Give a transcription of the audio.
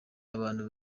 abantu